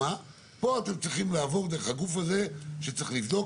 פה אתם צריכים לעבור דרך הגוף הזה שצריך לבדוק